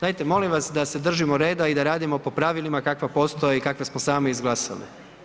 Dajte molim vas da se držimo reda i da radimo po pravilima kakva postoje i kakva smo sami izglasali.